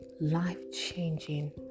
life-changing